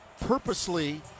purposely